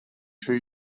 two